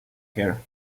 here